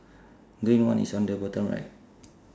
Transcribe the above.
green one is under bottom right